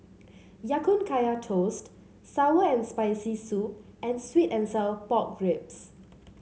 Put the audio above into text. Ya Kun Kaya Toast sour and Spicy Soup and sweet and Sour Pork Ribs